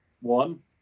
one